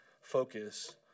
focus